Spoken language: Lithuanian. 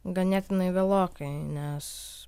ganėtinai vėlokai nes